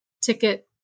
ticket